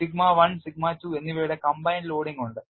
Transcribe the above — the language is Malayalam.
സിഗ്മ 1 സിഗ്മ 2 എന്നിവയുടെ combined loading ഉണ്ട്